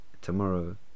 Tomorrow